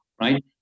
Right